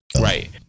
Right